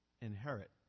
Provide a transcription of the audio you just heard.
inherit